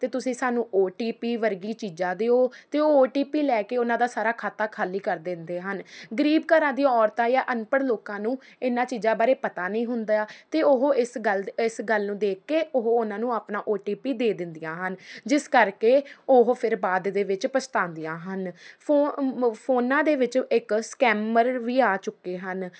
ਅਤੇ ਤੁਸੀਂ ਸਾਨੂੰ ਓ ਟੀ ਪੀ ਵਰਗੀ ਚੀਜ਼ਾਂ ਦਿਓ ਅਤੇ ਉਹ ਓ ਟੀ ਪੀ ਲੈ ਕੇ ਉਹਨਾਂ ਦਾ ਸਾਰਾ ਖਾਤਾ ਖਾਲੀ ਕਰ ਦਿੰਦੇ ਹਨ ਗਰੀਬ ਘਰਾਂ ਦੀ ਔਰਤਾਂ ਜਾਂ ਅਨਪੜ੍ਹ ਲੋਕਾਂ ਨੂੰ ਇਹਨਾਂ ਚੀਜ਼ਾਂ ਬਾਰੇ ਪਤਾ ਨਹੀਂ ਹੁੰਦਾ ਅਤੇ ਉਹ ਇਸ ਗੱਲ ਇਸ ਗੱਲ ਨੂੰ ਦੇਖ ਕੇ ਉਹ ਉਹਨਾਂ ਨੂੰ ਆਪਣਾ ਓ ਟੀ ਪੀ ਦੇ ਦਿੰਦੀਆਂ ਹਨ ਜਿਸ ਕਰਕੇ ਉਹ ਫਿਰ ਬਾਅਦ ਦੇ ਵਿੱਚ ਪਛਤਾਉਦੀਆਂ ਹਨ ਫੋ ਮ ਫੋਨਾਂ ਦੇ ਵਿੱਚ ਇੱਕ ਸਕੈਮਰ ਵੀ ਆ ਚੁੱਕੇ ਹਨ